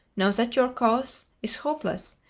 now that your cause is hopeless,